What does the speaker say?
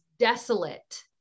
desolate